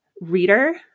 reader